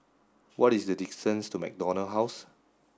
what is the distance to MacDonald House